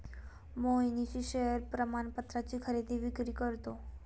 Mohnish share प्रमाणपत्राची खरेदी विक्री करतो